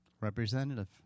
Representative